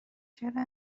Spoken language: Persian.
چرا